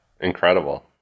Incredible